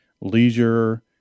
leisure